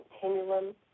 continuum